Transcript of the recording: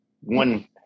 one